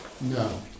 No